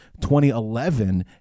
2011